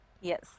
Yes